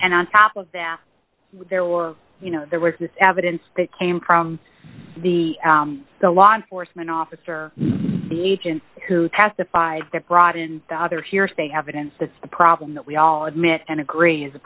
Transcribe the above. and on top of that there were you know there was this evidence that came from the law enforcement officer the agent who testified that brought in other hearsay evidence that's the problem that we all admit and agree is a